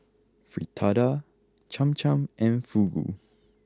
Fritada Cham Cham and Fugu